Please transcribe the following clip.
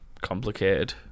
complicated